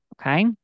Okay